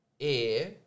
air